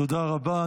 תודה רבה.